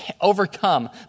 overcome